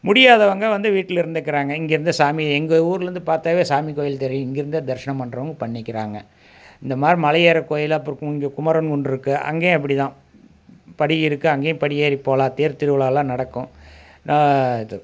முடியாதவங்கள் வந்து வீட்டில் இருந்துக்கிறாங்க இங்கிருந்து சாமி எங்கள் ஊரிலருந்து பார்த்தாவே சாமி கோயில் தெரியும் இங்கிருந்தே தரிசனம் பண்ணுறவங்க பண்ணிக்கிறாங்க இந்த மாதிரி மலை ஏற கோயிலாக இங்கே குமரன் குன்று இருக்குது அங்கேயும் அப்படிதான் படி இருக்குது அங்கேயும் படி ஏறி போகலாம் தேர் திருவிழாயெலாம் நடக்கும் ஆ அது